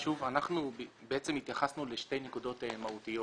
בעצם התייחסנו לשתי נקודות מהותיות